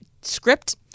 script